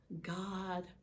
God